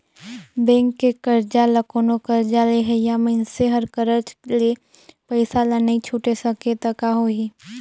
bank के करजा ल कोनो करजा लेहइया मइनसे हर करज ले पइसा ल नइ छुटे सकें त का होही